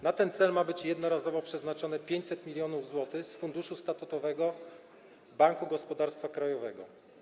Na ten cel ma być jednorazowo przeznaczone 500 mln zł z funduszu statutowego Banku Gospodarstwa Krajowego.